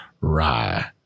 rye